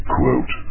Quote